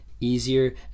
easier